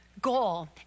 goal